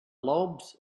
lobes